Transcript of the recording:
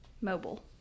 Mobile